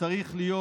צריך להיות